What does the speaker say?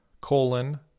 colon